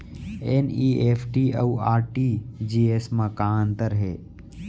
NEFT अऊ RTGS मा का अंतर हे?